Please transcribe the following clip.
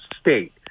state